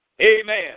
Amen